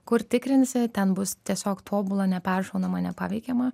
kur tikrinsi ten bus tiesiog tobula neperšaunama nepaveikiama